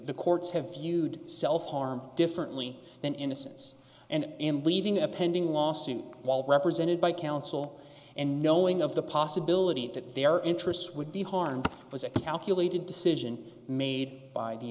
the courts have viewed self harm differently than innocence and him leaving a pending lawsuit while represented by counsel and knowing of the possibility that their interests would be harmed it was a calculated decision made by the